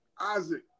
Isaac